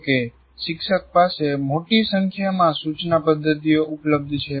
જો કે શિક્ષક પાસે મોટી સંખ્યામાં સૂચના પદ્ધતિઓ ઉપલબ્ધ છે